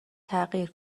تغییر